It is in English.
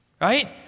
right